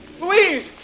Louise